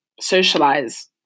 socialize